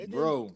bro